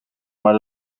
maar